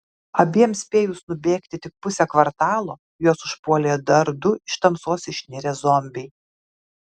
abiem spėjus nubėgti tik pusę kvartalo juos užpuolė dar du iš tamsos išnirę zombiai